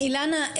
אילנה,